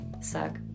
suck